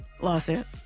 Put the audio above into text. lawsuit